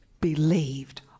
believed